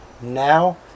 now